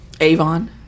Avon